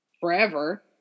forever